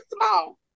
small